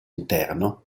interno